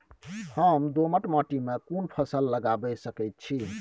हम दोमट माटी में कोन फसल लगाबै सकेत छी?